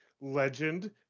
legend